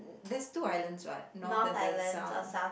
there's two islands what North and the South